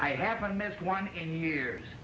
i haven't missed one in years